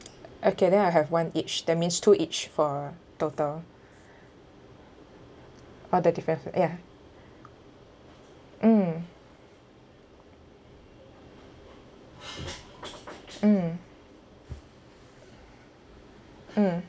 okay then I'll have one each that means two each for total all the different ya mm mm mm